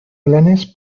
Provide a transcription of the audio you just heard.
planes